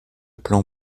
plan